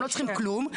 הם לא צריכים כלום,